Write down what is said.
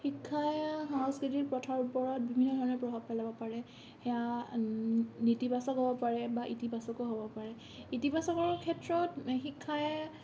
শিক্ষাই সংস্কৃতিৰ প্ৰথাৰ ওপৰত বিভিন্ন ধৰণে প্ৰভাৱ পেলাব পাৰে সেয়া নেতিবাচক হ'ব পাৰে বা ইতিবাচকো হ'ব পাৰে ইতিবাচকৰ ক্ষেত্ৰত শিক্ষাই